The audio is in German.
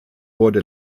wurde